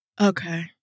Okay